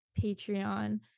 Patreon